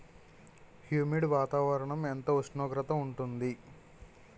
Humid వాతావరణం ఎంత ఉష్ణోగ్రత ఉంటుంది?